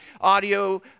audio